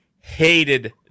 hated